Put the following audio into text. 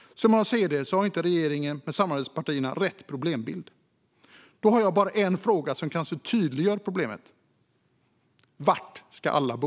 Som jag ser det har inte regeringen och dess samarbetspartier rätt problembild. Jag har bara en fråga, som kanske tydliggör problemet: Var ska alla bo?